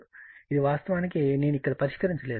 కాబట్టి ఇది వాస్తవానికి నేను ఇక్కడ పరిష్కరించలేదు